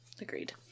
Agreed